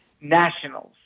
Nationals